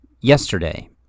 yesterday